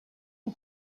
que